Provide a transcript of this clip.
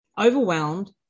overwhelmed